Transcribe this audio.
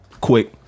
quick